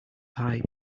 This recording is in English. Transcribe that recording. pie